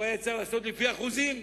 הוא היה צריך לעשות לפי אחוזים,